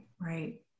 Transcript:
Right